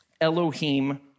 Elohim